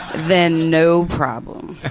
then no problem.